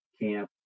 camp